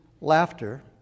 laughter